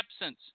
absence